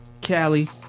Cali